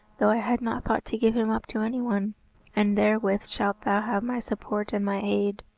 though i had not thought to give him up to any one and therewith shalt thou have my support and my aid.